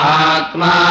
atma